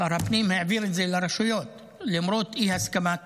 שר הפנים העביר את זה לרשויות למרות אי-הסכמת